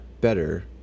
better